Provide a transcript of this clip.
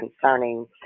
concerning